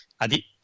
Adi